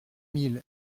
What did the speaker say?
mille